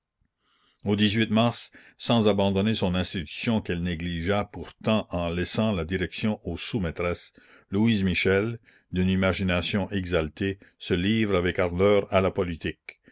u mars sans abandonner son institution qu'elle négligea pourtant en laissant la direction aux sousmaîtresses louise michel d'une imagination exaltée se livre avec ardeur à la politique